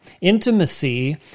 Intimacy